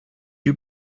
you